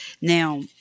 Now